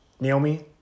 Naomi